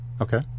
Okay